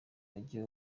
mujyi